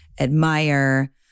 admire